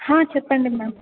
చెప్పండి మ్యామ్